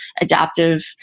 adaptive